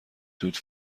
توت